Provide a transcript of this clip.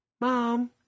Mom